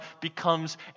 becomes